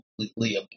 completely